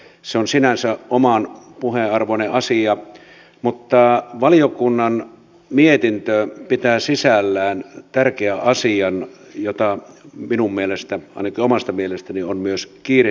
se on sinänsä oman puheen arvoinen asia mutta valiokunnan mietintö pitää sisällään tärkeän asian jota minun mielestäni ainakin omasta mielestäni on myös kiirehdittävä